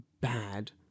bad